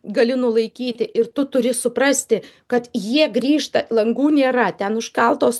gali nulaikyti ir tu turi suprasti kad jie grįžta langų nėra ten užkaltos